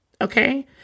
Okay